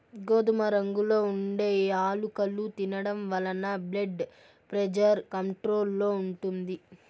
గోధుమ రంగులో ఉండే యాలుకలు తినడం వలన బ్లెడ్ ప్రెజర్ కంట్రోల్ లో ఉంటుంది